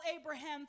Abraham